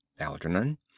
Algernon